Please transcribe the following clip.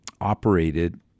operated